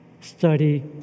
Study